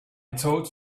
told